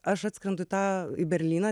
aš atskrendu į tą į berlyną